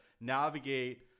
navigate